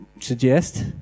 suggest